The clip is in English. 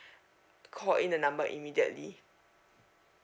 call in the number immediately